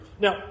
Now